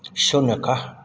शुनकः